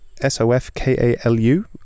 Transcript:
S-O-F-K-A-L-U